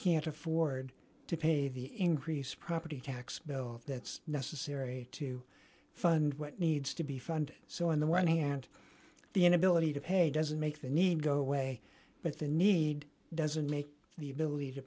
can't afford to pay the increased property tax bill that's necessary to fund what needs to be funded so in the one hand the inability to pay doesn't make the need go away but the need doesn't make